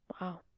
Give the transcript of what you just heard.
Wow